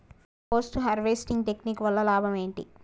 Post harvesting technique వల్ల లాభం ఏంటి?